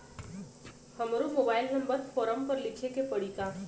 हमरो mobile number form पर लिखे के पड़ी का?